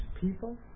people